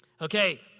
Okay